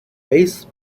base